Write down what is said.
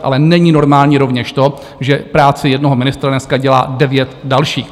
Ale není normální rovněž to, že práci jednoho ministra dneska dělá devět dalších.